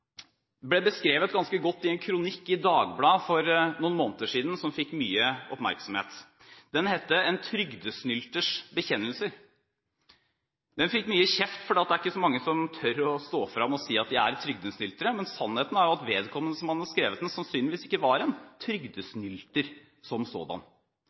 ble beskrevet ganske godt i en kronikk i Dagbladet for noen måneder siden som fikk mye oppmerksomhet. Den het En «trygdesnylters» bekjennelser. Den fikk mye kjeft, for det er ikke så mange som tør å stå frem og si at de er trygdesnyltere, men sannheten er at vedkommende som hadde skrevet den, sannsynligvis ikke var en trygdesnylter som sådan.